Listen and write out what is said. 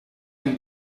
een